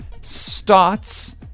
starts